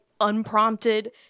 unprompted